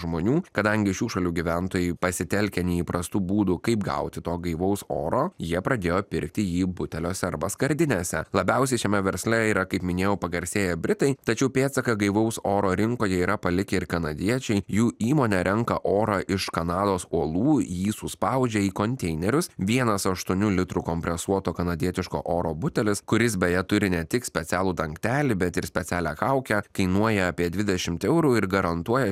žmonių kadangi šių šalių gyventojai pasitelkia neįprastų būdų kaip gauti to gaivaus oro jie pradėjo pirkti jį buteliuose arba skardinėse labiausiai šiame versle yra kaip minėjau pagarsėję britai tačiau pėdsaką gaivaus oro rinkoje yra palikę ir kanadiečiai jų įmonė renka orą iš kanados uolų jį suspaudžia į konteinerius vienas aštuonių litrų kompresuoto kanadietiško oro butelis kuris beje turi ne tik specialų dangtelį bet ir specialią kaukę kainuoja apie dvidešimt eurų ir garantuoja